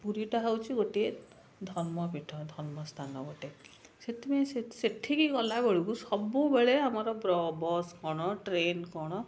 ପୁରୀଟା ହେଉଛି ଗୋଟିଏ ଧର୍ମପୀଠ ଧର୍ମସ୍ଥାନ ଗୋଟେ ସେଥିପାଇଁ ସେଠିକି ଗଲାବେଳକୁ ସବୁବେଳେ ଆମର ବସ୍ କ'ଣ ଟ୍ରେନ୍ କ'ଣ